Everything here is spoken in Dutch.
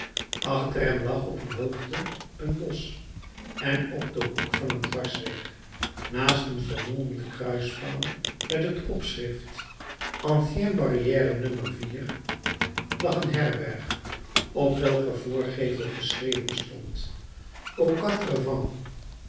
achter hem lag op een hoogte een bosch en op den hoek van een dwarsweg naast een vermolmden kruispaal met het opschrift ancienne barrière no lag een herberg op welker voorgevel geschreven stond